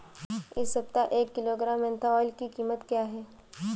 इस सप्ताह एक किलोग्राम मेन्था ऑइल की कीमत क्या है?